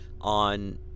on